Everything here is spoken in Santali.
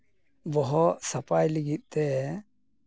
ᱵᱚᱦᱚᱜ ᱥᱟᱯᱟᱭ ᱞᱟᱹᱜᱤᱫ ᱛᱮ